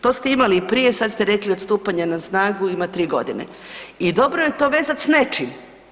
To ste imali i prije i sada ste rekli od stupanja na snagu ima 3 godine i dobro je to vezati s nečim.